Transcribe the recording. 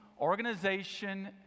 organization